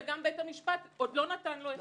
וגם בית המשפט עוד לא נתן לו הכשר.